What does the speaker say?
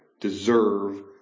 deserve